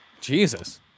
Jesus